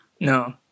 No